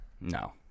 No